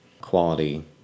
quality